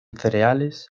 cereales